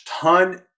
ton